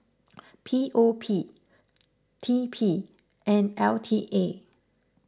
P O P T P and L T A